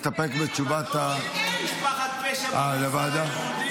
חבר הכנסת ואטורי, אתה מסתפק בתשובת, אה, לוועדה.